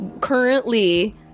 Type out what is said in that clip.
currently